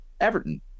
Everton